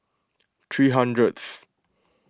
three hundredth